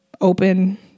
open